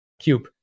cube